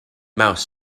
mouse